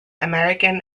american